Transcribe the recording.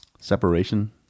separation